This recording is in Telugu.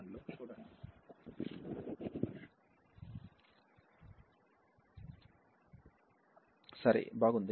సరే బాగుంది